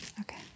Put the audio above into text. Okay